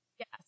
Yes